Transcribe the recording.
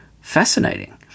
Fascinating